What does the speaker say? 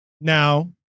now